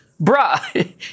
bruh